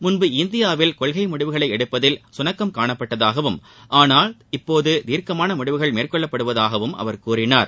முன்பு இந்தியாவில் கொள்கை முடிவுகளை எடுப்பதில் சுணக்கம் காணப்பட்டதாகவும் ஆனால் இப்போது தீர்க்கமான முடிவுகள் மேற்கொள்ளப்படுவதாகவும் அவர் கூறினார்